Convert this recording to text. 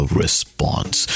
response